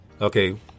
Okay